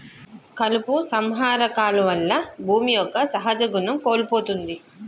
కలుపు సంహార కాలువల్ల భూమి యొక్క సహజ గుణం కోల్పోతుంది